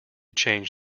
change